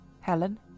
Helen